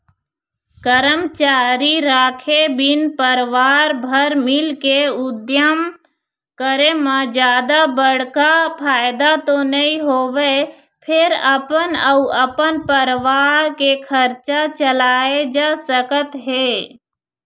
करमचारी राखे बिन परवार भर मिलके उद्यम करे म जादा बड़का फायदा तो नइ होवय फेर अपन अउ अपन परवार के खरचा चलाए जा सकत हे